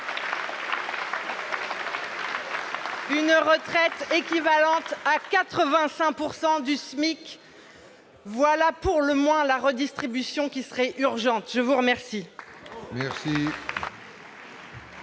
une retraite équivalant à 85 % du SMIC. Voilà pour le moins une redistribution qui serait urgente ! La parole